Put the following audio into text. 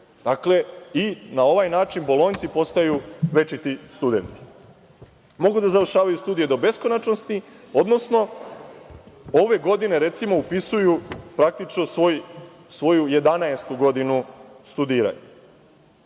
Dakle, i na ovaj način bolonjci postaju večiti studenti. Mogu da završavaju studije do beskonačnosti, odnosno, ove godine, recimo, upisuju svoju 11. godinu studiranja.